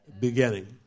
beginning